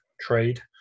trade